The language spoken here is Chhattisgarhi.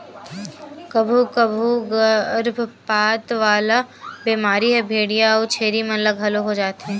कभू कभू गरभपात वाला बेमारी ह भेंड़िया अउ छेरी मन ल घलो हो जाथे